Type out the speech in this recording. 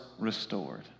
restored